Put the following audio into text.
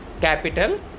capital